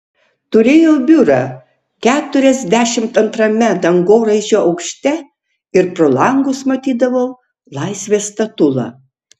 turėjau biurą keturiasdešimt antrame dangoraižio aukšte ir pro langus matydavau laisvės statulą